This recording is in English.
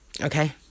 Okay